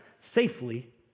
safely